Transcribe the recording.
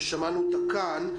ששמענו אותה כאן,